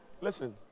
listen